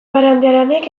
barandiaranek